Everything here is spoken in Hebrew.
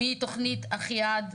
מתוכנית "אחיעד",